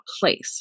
place